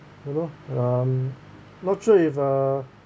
you know um not sure if uh